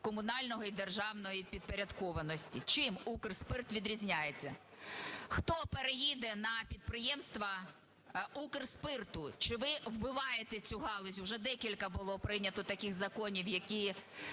комунальної і державної підпорядкованості? Чим Укрспирт відрізняється? Хто переїде на підприємства Укрспирту? Чи ви вбиваєте цю галузь? Вже декілька було прийнято таких законів, які